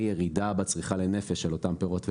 ירידה בצריכה לנפש על אותם פירות וירקות,